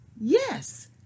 Yes